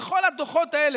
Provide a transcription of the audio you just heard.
לכל הדוחות האלה,